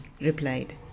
replied